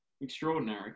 extraordinary